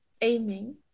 aiming